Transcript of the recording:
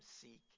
seek